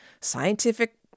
scientific